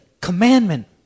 commandment